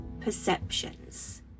perceptions